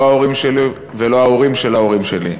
לא ההורים שלי ולא ההורים של ההורים שלי.